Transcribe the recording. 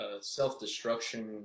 self-destruction